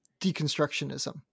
deconstructionism